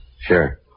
Sure